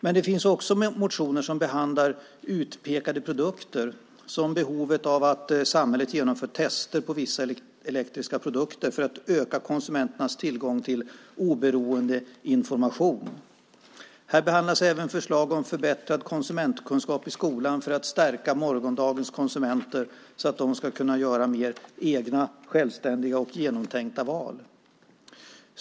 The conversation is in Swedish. Men det finns också motioner som behandlar utpekade produkter, som behovet av att samhället genomför tester på vissa elektriska produkter, för att öka konsumenternas tillgång till oberoende information. Här behandlas även förslag om förbättrad konsumentkunskap i skolan för att stärka morgondagens konsumenter så att de ska kunna göra mer egna, självständiga och genomtänkta val.